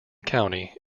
county